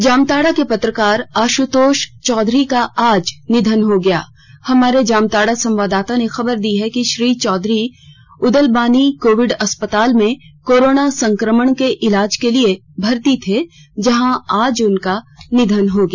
जामताड़ा के पत्रकार आश्रतोष चौधरी का आज निधन हो गया हमारे जामताड़ा संवाददाता ने खबर दी है कि श्री चौधरी उदलबनी कोविड अस्पताल में कोरोना संक्रमण के इलाज के लिए भर्ती थे जहां आज उनका निधन हो गया